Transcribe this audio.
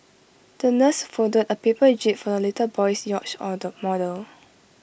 the nurse folded A paper jib for the little boy's yacht model